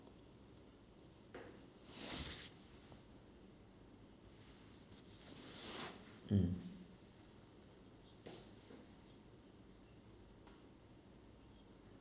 mm